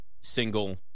single